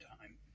time